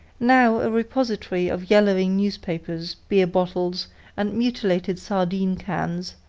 now a repository of yellowing newspapers, beer bottles and mutilated sardine cans,